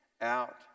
out